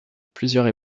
plusieurs